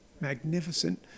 magnificent